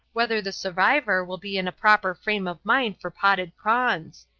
whether the survivor will be in a proper frame of mind for potted prawns.